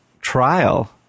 trial